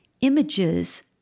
Images